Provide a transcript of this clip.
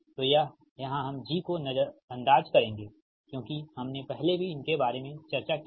तो यहां हम G को नज़रअंदाज़ करेंगे क्योंकि हमने पहले भी इनके बारे में चर्चा की है